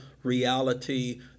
reality